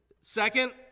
Second